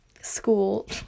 school